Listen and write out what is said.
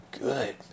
good